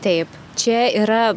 taip čia yra